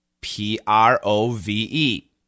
P-R-O-V-E